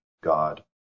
God